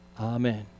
amen